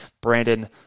Brandon